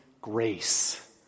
grace